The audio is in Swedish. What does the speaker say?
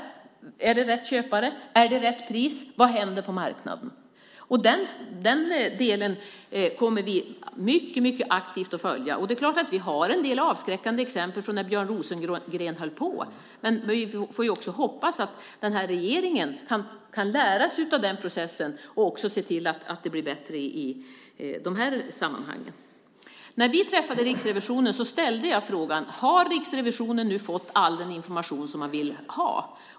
Är det rätt köpare? Är det rätt pris? Vad händer på marknaden? Den delen kommer vi att följa mycket aktivt. Vi har en del avskräckande exempel från när Björn Rosengren höll på. Vi får hoppas att den här regeringen kan lära sig av den processen och se till att det blir bättre i de här sammanhangen. När vi träffade Riksrevisionen ställde jag frågan: Har Riksrevisionen nu fått all den information som man vill ha?